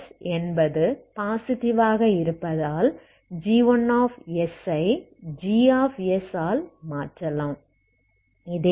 sபாசிட்டிவ் ஆக இருப்பதால் g1 ஐ g ஆல் மாற்றலாம்